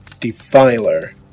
defiler